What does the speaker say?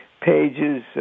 pages